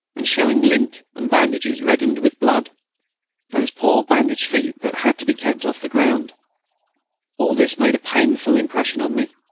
and showing lint and bandages reddened with blood those poor bandaged feet that had to be kept off the ground all this made a painful impression on me.